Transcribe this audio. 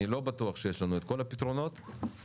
אני לא בטוח שיש לנו את כל הפתרונות אבל